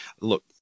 look